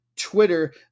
twitter